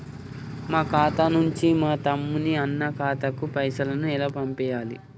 మా ఖాతా నుంచి మా తమ్ముని, అన్న ఖాతాకు పైసలను ఎలా పంపియ్యాలి?